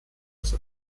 zur